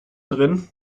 drin